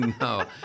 No